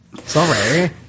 Sorry